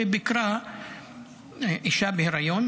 אישה בהיריון,